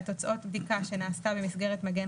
את תוצאות בדיקה שנעשתה במסגרת מגן